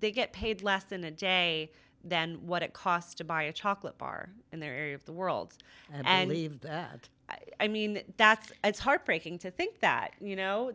they get paid less than a day than what it cost to buy a chocolate bar in their area of the world and leave it i mean that's it's heartbreaking to think that you know